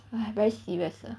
!hais! very serious uh